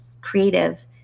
creative